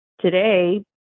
today